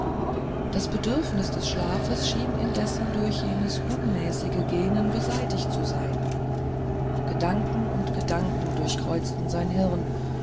das bedürfnis des schlafes schien indessen durch jenes unmäßige gähnen beseitigt zu sein gedanken und gedanken durchkreuzten sein gehirn